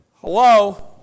Hello